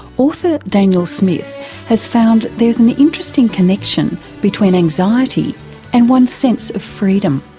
author daniel smith has found there's an interesting connection between anxiety and one's sense of freedom.